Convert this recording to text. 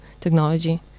technology